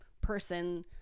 person